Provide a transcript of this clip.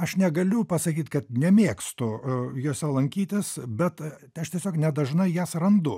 aš negaliu pasakyt kad nemėgstu jose lankytis bet aš tiesiog nedažnai jas randu